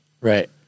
Right